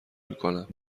میکنم